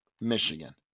Michigan